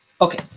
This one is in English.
Okay